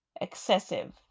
excessive